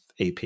AP